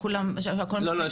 שהכול מתנקז אליך?